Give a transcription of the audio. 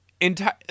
entire